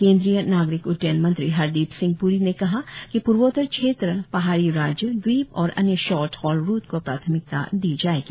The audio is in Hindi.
केंद्रीय नागरिक उड्डेयन मंत्री हरदिप सिंह पूरी ने कहा कि पूर्वोत्तर क्षेत्र पहाड़ी राज्य द्वीपऔर अन्य शोर्ट हौल रुट को प्राथमिकता दी जाएगी